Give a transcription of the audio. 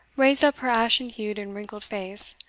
raised up her ashen-hued and wrinkled face,